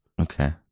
okay